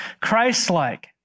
Christ-like